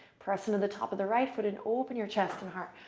press into the top of the right foot and open your chest and heart.